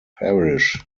parish